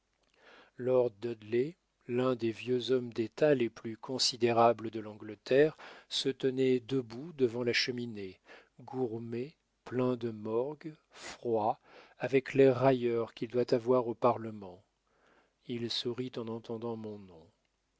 lord dudley l'un des vieux hommes d'état les plus considérables de l'angleterre se tenait debout devant la cheminée gourmé plein de morgue froid avec l'air railleur qu'il doit avoir au parlement il sourit en entendant mon nom